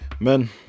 Men